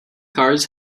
cars